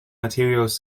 materials